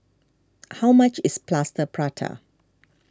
how much is Plaster Prata